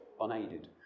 unaided